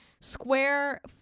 Square